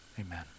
amen